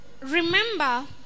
Remember